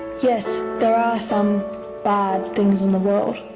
yes, there are some bad things in the world.